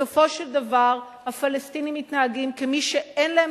בסופו של דבר הפלסטינים מתנהגים כמי שאין להם